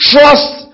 Trust